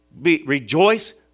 rejoice